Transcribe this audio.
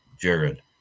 Jared